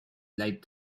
lied